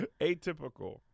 Atypical